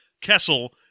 Kessel